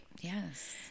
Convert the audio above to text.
yes